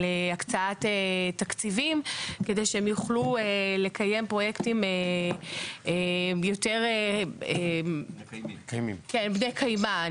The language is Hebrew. על הקצאת תקציבים כדי שהם יוכלו לקיים פרויקטים יותר בני קיימא,